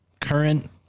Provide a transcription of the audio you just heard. current